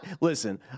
listen